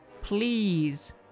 Please